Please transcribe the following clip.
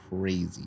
crazy